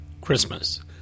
Christmas